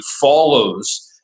follows